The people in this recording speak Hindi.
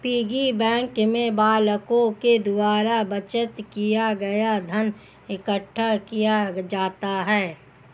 पिग्गी बैंक में बालकों के द्वारा बचत किया गया धन इकट्ठा किया जाता है